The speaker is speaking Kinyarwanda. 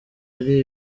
ari